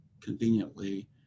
conveniently